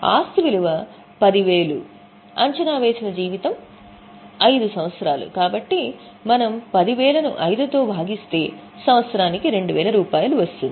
ఆస్తి విలువ రూ 10000 అంచనా వేసిన జీవితం 5 సంవత్సరాలు కాబట్టి మనము రూ 10000 ను 5 తో భాగిస్తే సంవత్సరానికి 2000 రూపాయలు వస్తుంది